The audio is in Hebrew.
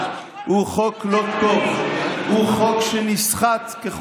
את תצטרכי לעבוד עוד הרבה שנים כדי להכיר